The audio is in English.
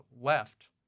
left